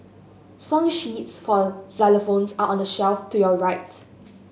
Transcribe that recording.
song sheets for xylophones are on the shelf to your rights